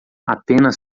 apenas